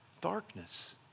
Darkness